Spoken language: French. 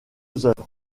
œuvres